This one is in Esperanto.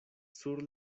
sur